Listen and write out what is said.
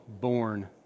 born